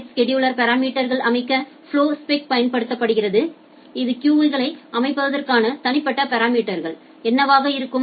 packet scheduler பாராமீட்டர்கள் அமைக்க flowspec பயன்படுத்தப்படுகிறது இது கியூகளை அமைப்பதற்கான தனிப்பட்ட பாராமீட்டர்கள் என்னவாக இருக்கும்